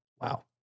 Wow